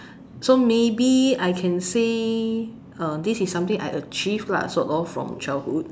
so maybe I can say uh this is something I achieved lah sort of from childhood